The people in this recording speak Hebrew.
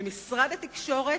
ממשרד התקשורת,